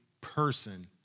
person